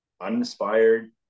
uninspired